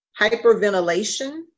hyperventilation